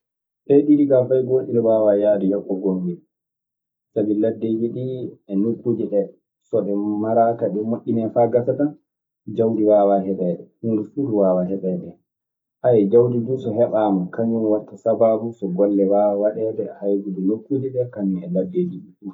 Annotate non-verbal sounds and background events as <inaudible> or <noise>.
Ɗee ɗiɗi kaa fay gootel waawaa yahde yoppa gonngel. Sabi laddeeji ɗii e nokkuuje ɗee, so ɗe maraaka ɗe moƴƴinee faa gasatan jawdi waawaa heɓeede, huunde fuu waawaa heɓeede hen. <hesitation> jawdi duu so heɓaama kañun waɗta sabaabu so golle waawa waɗeede e haybude nokkuuje ɗee kañun e laddeeji ɗii fuu.